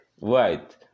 Right